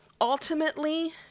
ultimately